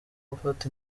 gufata